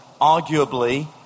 arguably